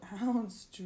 ounce